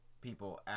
people